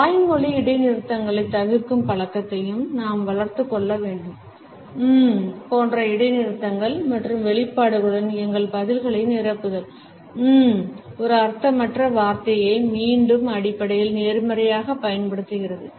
வாய்மொழி இடைநிறுத்தங்களைத் தவிர்க்கும் பழக்கத்தையும் நாம் வளர்த்துக் கொள்ள வேண்டும் உம் போன்ற இடைநிறுத்தங்கள் மற்றும் வெளிப்பாடுகளுடன் எங்கள் பதில்களை நிரப்புதல் இம் ஒரு அர்த்தமற்ற வார்த்தையை மீண்டும் அடிப்படையில் நேர்மறையாக பயன்படுத்துகிறது